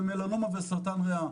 במלנומה וסרטן ריאה,